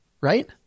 Right